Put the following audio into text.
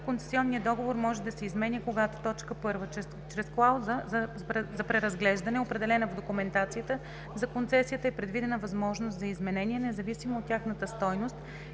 Концесионният договор може да се изменя когато: 1. чрез клауза за преразглеждане, определена в документацията за концесията, е предвидена възможност за изменения, независимо от тяхната стойност,